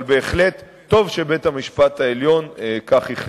אבל בהחלט טוב שבית-המשפט העליון החליט כך.